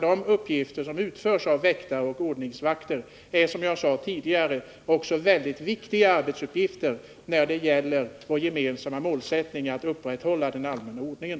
De uppgifter som utförs av väktare och ordningsvakter är väldigt viktiga för vår gemensamma målsättning att upprätthålla den allmänna ordningen.